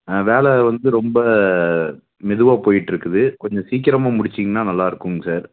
வேலை வந்து ரொம்ப மெதுவாக போயிட்டிருக்குது கொஞ்சம் சீக்கிரமாக முடிச்சிங்கனா நல்லாருக்குங்க சார்